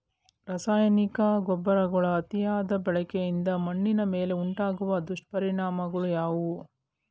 ರಾಸಾಯನಿಕ ಗೊಬ್ಬರಗಳ ಅತಿಯಾದ ಬಳಕೆಯಿಂದ ಮಣ್ಣಿನ ಮೇಲೆ ಉಂಟಾಗುವ ದುಷ್ಪರಿಣಾಮಗಳು ಯಾವುವು?